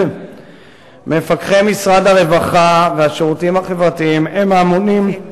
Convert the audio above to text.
מפקחי משרד הרווחה והשירותים החברתיים הם האמונים,